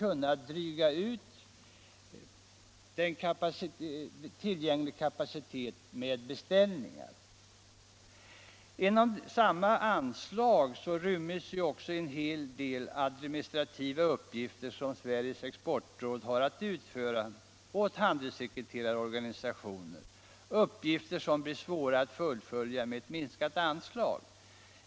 Under samma anslag inryms också en hel del administrativa uppgifter som Sveriges exportråd har att utföra åt handelssekreterarorganisationen, och dessa blir svåra att fullfölja med ett minskat anslag.